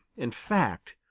in fact,